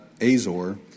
Azor